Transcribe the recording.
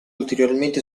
ulteriormente